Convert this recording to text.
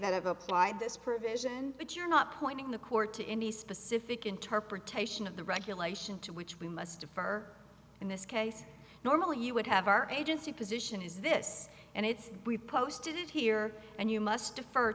have applied this provision but you're not pointing the court to any specific interpretation of the regulation to which we must defer in this case normally you would have our agency position is this and it's we posted it here and you must defer